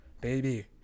Baby